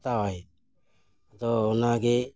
ᱦᱟᱛᱟᱣᱟᱭ ᱟᱫᱚ ᱚᱱᱟ ᱜᱮ